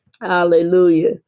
Hallelujah